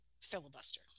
filibuster